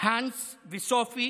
הנס וסופי